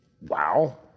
wow